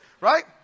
Right